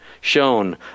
shown